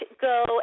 go